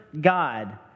God